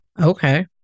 Okay